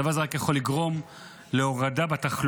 הדבר הזה רק יכול לגרום להורדה בתחלואה,